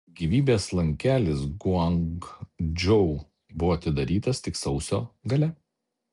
gyvybės langelis guangdžou buvo atidarytas tik sausio gale